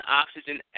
oxygen